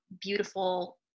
beautiful